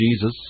Jesus